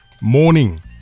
Morning